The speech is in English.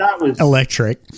Electric